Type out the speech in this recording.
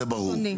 זה ברור.